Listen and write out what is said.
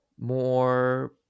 more